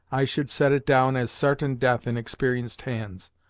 i should set it down as sartain death in exper'enced hands.